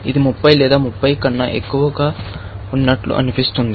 ఇది 30 లేదా 30 కన్నా ఎక్కువ ఉన్నట్లు అనిపిస్తుంది